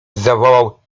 zawołał